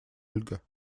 ольга